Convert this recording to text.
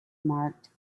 marked